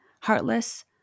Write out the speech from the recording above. heartless